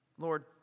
Lord